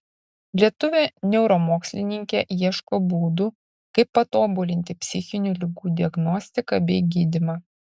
lietuvė neuromokslininkė ieško būdų kaip patobulinti psichinių ligų diagnostiką bei gydymą